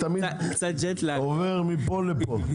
אני תמיד עובר מפה לפה.